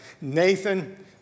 Nathan